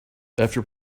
after